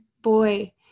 boy